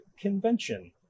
convention